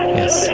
yes